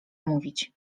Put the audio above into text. mówić